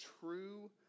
true